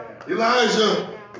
Elijah